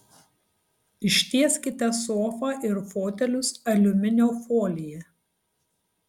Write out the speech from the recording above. ištieskite sofą ir fotelius aliuminio folija